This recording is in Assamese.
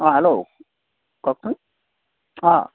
অঁ হেল্ল' কওকচোন অঁ